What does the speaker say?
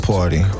Party